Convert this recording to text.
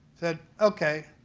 said, okay,